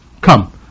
come